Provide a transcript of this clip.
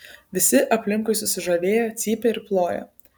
visi aplinkui susižavėję cypia ir ploja